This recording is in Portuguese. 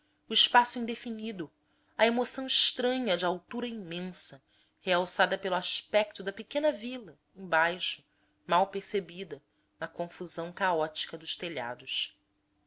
o espaço indefinido a emoção estranha de altura imensa realçada pelo aspecto da pequena vila embaixo mal percebida na confusão caótica dos telhados